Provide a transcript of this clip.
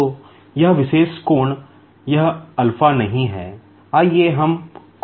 तो यह विशेष कोण यह नहीं है आइए हम कोण लिखते हैं